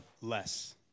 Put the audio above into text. less